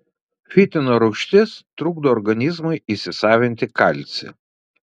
fitino rūgštis trukdo organizmui įsisavinti kalcį